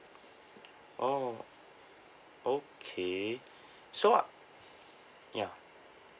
oh okay so ya